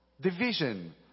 division